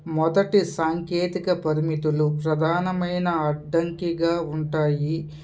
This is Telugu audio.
మొదటి సాంకేతికత పరిమితులు ప్రధానమైన అడ్డంకిగా ఉంటాయి